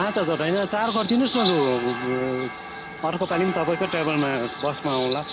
पाँच हजार होइन चार गरिदिनुहोस् न अर्कोपालि पनि तपाईँकै ट्राभलमा बसमा आउँला